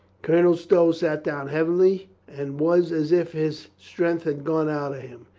colonel stow sat down heavily and was as if his strength had gone out of him.